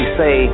say